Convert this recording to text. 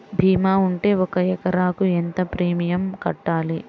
భీమా ఉంటే ఒక ఎకరాకు ఎంత ప్రీమియం కట్టాలి?